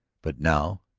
but now,